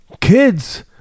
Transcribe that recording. kids